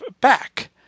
back